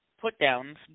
put-downs